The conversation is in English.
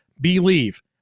Believe